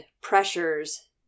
pressures